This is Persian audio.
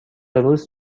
روز